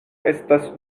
estas